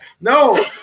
No